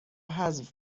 حذف